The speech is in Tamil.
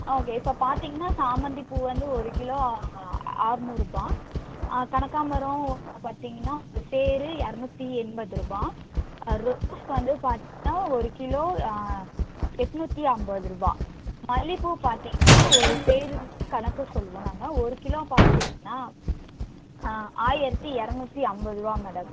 ஓகே இப்போ பார்த்தீங்கன்னா சாமந்திப்பூ வந்து ஒரு கிலோ அற்நூறுபா கனகாமரம் ஒ பார்த்தீங்கன்னா ஒரு சேரு இரநூத்தி எண்பதுரூபா ரோஸ் வந்து பார்த்தீங்கன்னா ஒரு கிலோ எட்நூற்றி ஐம்பதுருபா மல்லிகைப்பூ பார்த்தீங்கன்னா ஒரு சேரு வச்சுதான் கணக்கு சொல்லுவோம் நாங்கள் ஒரு கிலோ பார்த்தீங்கன்னா ஆயிரத்தி இரநூத்தி ஐம்பதுருவா மேடம்